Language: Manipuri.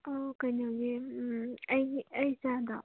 ꯀꯩꯅꯣꯒꯤ ꯑꯩꯒꯤ ꯑꯩ ꯏꯆꯥꯗꯣ